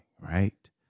right